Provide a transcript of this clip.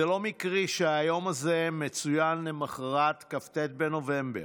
זה לא מקרי שהיום הזה מצוין למוחרת כ"ט בנובמבר,